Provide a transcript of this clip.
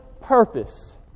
purpose